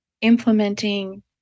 implementing